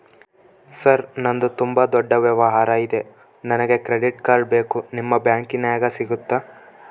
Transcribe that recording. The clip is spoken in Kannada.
ಸರ್ ನಂದು ತುಂಬಾ ದೊಡ್ಡ ವ್ಯವಹಾರ ಇದೆ ನನಗೆ ಕ್ರೆಡಿಟ್ ಕಾರ್ಡ್ ಬೇಕು ನಿಮ್ಮ ಬ್ಯಾಂಕಿನ್ಯಾಗ ಸಿಗುತ್ತಾ?